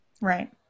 Right